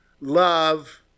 love